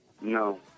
No